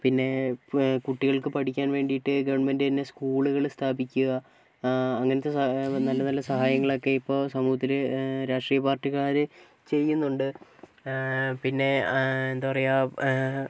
പിന്നെ കുട്ടികൾക്ക് പഠിക്കാൻ വേണ്ടിയിട്ട് ഗവൺമെന്റ് തന്നെ സ്കൂളുകൾ സ്ഥാപിക്കുക അങ്ങനത്തെ നല്ല നല്ല സഹായങ്ങളൊക്കെ ഇപ്പോൾ സമൂഹത്തിൽ രാഷ്ട്രീയ പാർട്ടിക്കാർ ചെയ്യുന്നുണ്ട് പിന്നെ എന്താ പറയുക